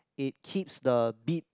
it keeps the beat